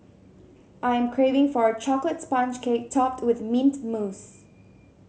I am craving for a chocolate sponge cake topped with mint mousse